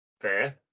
Fair